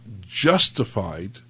justified